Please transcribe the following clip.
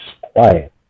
quiet